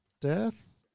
Death